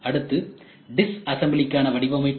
அடுத்து டிஸ்அசம்பிளிக்கான வடிவமைப்பு